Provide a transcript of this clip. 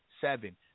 seven